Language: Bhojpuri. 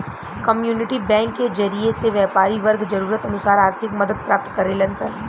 कम्युनिटी बैंक के जरिए से व्यापारी वर्ग जरूरत अनुसार आर्थिक मदद प्राप्त करेलन सन